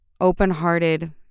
open-hearted